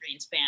greenspan